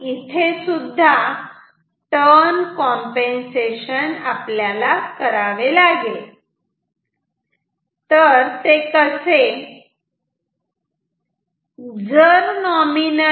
तेव्हा इथे सुद्धा टर्न कॉम्पेन्सेशन करावे लागेल कसे